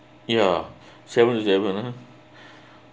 ya seven eleven